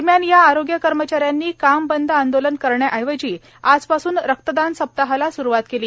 दरम्यान या आरोग्य कर्मचाऱ्यांनी काम बंद आंदोलन करण्याऐवजी आजपासून रक्तदान सप्ताहाला सुरुवात केली